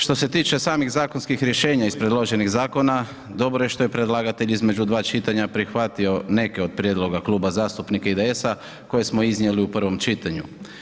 Što se tiče samih zakonskih rješenje iz predloženih zakona, dobro je što je predlagatelj između dva čitanja prihvatio neke od prijedloga Kluba zastupnika IDS-a koje smo iznijeli u prvom čitanju.